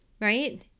right